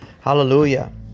Hallelujah